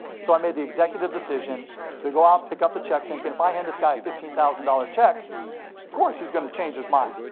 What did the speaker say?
so i made the executive decision to go out, pick up the check, thinking if i hand this guy a fifteen thousand dollars check, of course he's gonna change his mind.